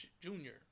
Junior